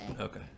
okay